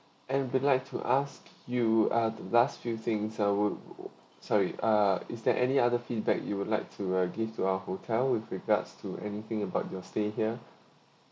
and would like to ask you ah the last few things I would sorry ah is there any other feedback you would like to uh give to our hotel with regards to anything about your stay here